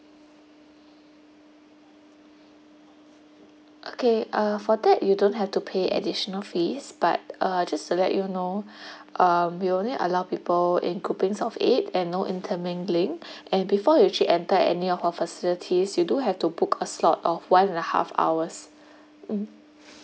okay uh for that you don't have to pay additional fees but uh just select you know uh we only allow people in groupings of eight and no intermingling and before you actually enter any of our facilities you do have to book a slot of one and a half hours mm